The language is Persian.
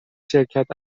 شرکت